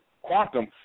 quantum